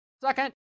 Second